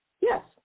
Yes